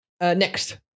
next